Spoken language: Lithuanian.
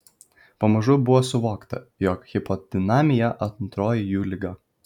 pamažu buvo suvokta jog hipodinamija antroji jų liga